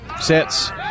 sets